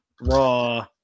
Raw